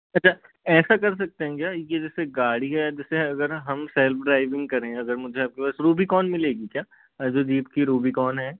अच्छा ऐसा कर सकते हैं क्या ये जैसे गाड़ी है जैसे अगर हम सेल्फ़ ड्राइविंग करेंगे अगर मुझे आपके पास रूबिकौन मिलेगी क्या ऐसा जीप की रूबिकौन है